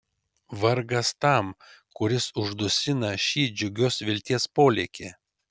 vargas tam kuris uždusina šį džiugios vilties polėkį